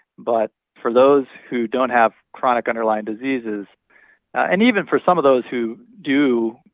but for those who don't have chronic, underlying diseases and even for some of those who do,